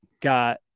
got